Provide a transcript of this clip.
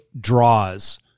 draws